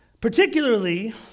Particularly